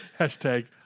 hashtag